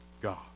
God